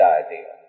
idea